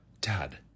dad